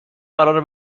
قراره